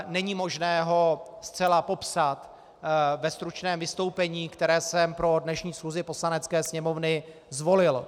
Není možné ho zcela popsat ve stručném vystoupení, které jsem pro dnešní schůzi Poslanecké sněmovny zvolil.